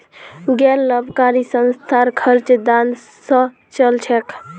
गैर लाभकारी संस्थार खर्च दान स चल छेक